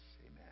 Amen